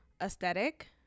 aesthetic